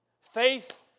faith